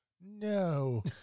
No